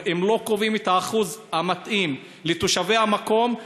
אם לא קובעים את האחוז המתאים לתושבי המקום,